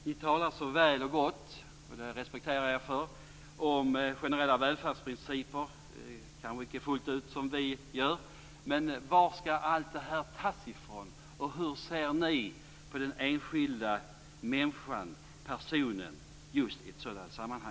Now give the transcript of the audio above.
Ni talar så väl och gott om generella välfärdsprinciper, vilket jag representerar er för, även om ni kanske inte gör det fullt ut som vi gör, men varifrån skall allt detta tas, och hur ser ni på den enskilda människan, personen, just i ett sådant sammanhang?